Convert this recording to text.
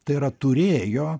tai yra turėjo